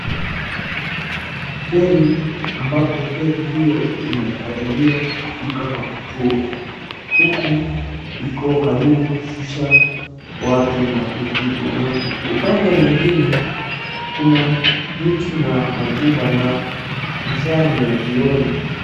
Feri ambapo feri hiyo imekaribia kufika kwa kituo huku iko karibu kushusha watu na mizigo na upande mwingine kuna miti na majumba na masaa ni ya jioni.